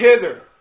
hither